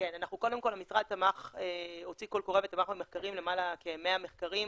קודם כל המשרד הוציא קול קורא ותמך בלמעלה מ-100 מחקרים,